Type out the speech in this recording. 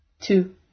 Two